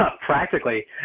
Practically